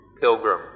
pilgrim